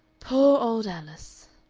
poor old alice!